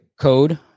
code